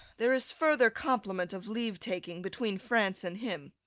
there is further compliment of leave-taking between france and him.